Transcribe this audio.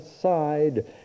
side